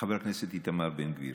חבר הכנסת איתמר בן גביר,